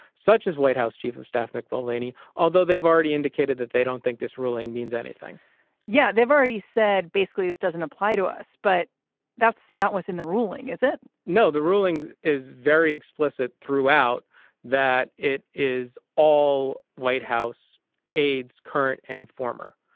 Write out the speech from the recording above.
such as white house chief of staff mick mulvaney, although they've already indicated that they don't think this ruling means anything yeah. they've already said basically this doesn't apply to us. but that's not what's in the ruling, is it? no, the ruling is very explicit throughout that. it is all white house aides, current and former.